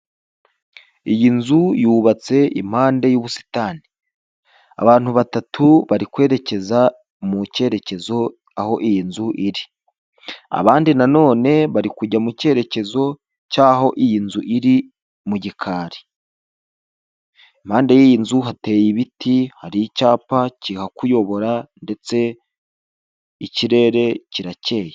Iyi nzu yubatse impande y'ubusitani, abantu batatu bari kwerekeza mu cyerekezo aho iyi nzu iri, abandi none bari kujya mu kerekezo cy'aho iyi nzu iri mu gikari impande y'iyi nzu hateye ibiti hari icyapa kihakuyobora, ndetse ikirere kiracyeye.